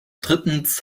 drittens